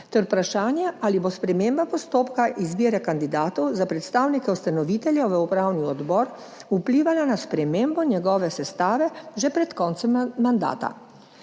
vprašanje, ali bo sprememba postopka izbire kandidatov za predstavnike ustanovitelja v upravni odbor vplivala na spremembo njegove sestave že pred koncem mandata.